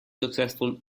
successful